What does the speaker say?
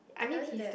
I never knew that